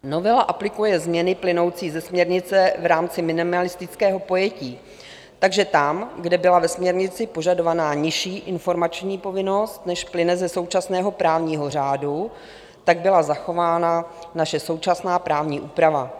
Novela aplikuje změny plynoucí ze směrnice v rámci minimalistického pojetí, takže tam, kde byla ve směrnici požadovaná nižší informační povinnost, než plyne ze současného právního řádu, byla zachována naše současná právní úprava.